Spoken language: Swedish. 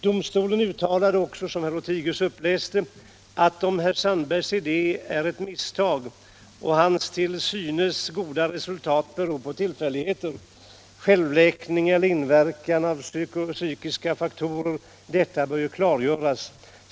Domstolen uttalade också — det läste herr Lothigius upp: ”Om Sandbergs idé är ett misstag och hans till synes goda resultat beror på tillfälligheter, självläkning eller inverkan av psykiska faktorer, bör detta klargöras.